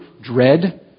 dread